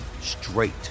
straight